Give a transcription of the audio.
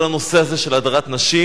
כל הנושא הזה של הדרת נשים